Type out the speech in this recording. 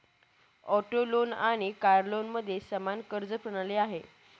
auto loan आणि car लोनमध्ये समान कर्ज प्रणाली आहे